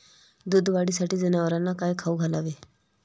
दूध वाढीसाठी जनावरांना काय खाऊ घालावे?